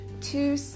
two